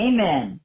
Amen